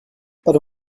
but